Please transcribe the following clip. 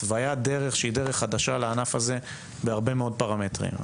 התוויית דרך שהיא דרך חדשה לענף הזה בהרבה מאוד פרמטרים.